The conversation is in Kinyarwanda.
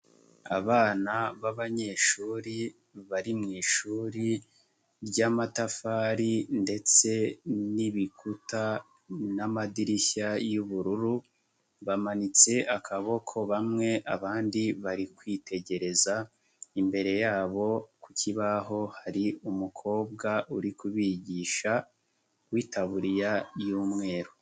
Abana b'anyeshuri bari mu ishuri ry'amatafari ndetse n'ibikuta n'amadirishya y'ubururu, bamanitse akaboko bamwe abandi bari kwitegereza, imbere yabo ku kibaho hari umukobwa uri kubigisha w'itaburiya y'umweru.